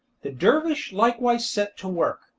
the dervish likewise set to work,